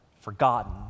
forgotten